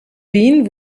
wien